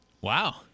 Wow